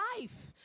life